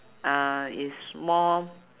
uh is more